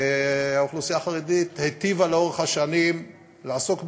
האוכלוסייה החרדית היטיבה לאורך השנים לעסוק בזה,